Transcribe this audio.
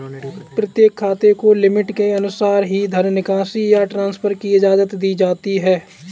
प्रत्येक खाते को लिमिट के अनुसार ही धन निकासी या ट्रांसफर की इजाजत दी जाती है